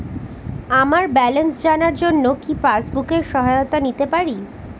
আমার ব্যালেন্স জানার জন্য কি পাসবুকের সহায়তা নিতে পারি?